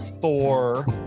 four